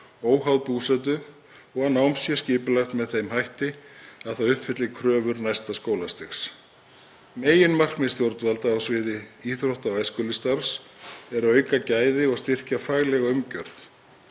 óháð búsetu og að nám sé skipulagt með þeim hætti að það uppfylli kröfur næsta skólastigs. Meginmarkmið stjórnvalda á sviði íþrótta- og æskulýðsstarfs er að auka gæði og styrkja faglega umgjörð.